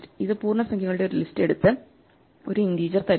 ഇത് പൂർണ്ണസംഖ്യകളുടെ ഒരു ലിസ്റ്റ് എടുത്ത് ഒരു ഇന്റീജർ തരുന്നു